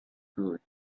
good